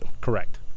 correct